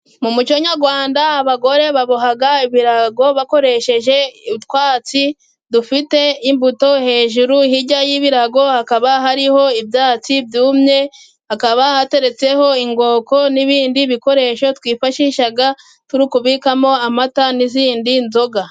Mu muco nyarwanda abagore babohaga ibirago bakoresheje utwatsi dufite imbuto. Hejuru hirya y'ibirago hakaba hariho ibyatsi byumye, hakaba hateretseho inkoko n'ibindi bikoresho twifashisha turi kubikamo amata n'izindi nzoga.